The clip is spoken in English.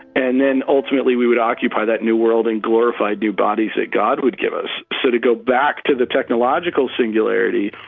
and then ultimately we would occupy that the new world in glorified new bodies that god would give us. so to go back to the technological singularity,